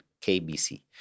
kbc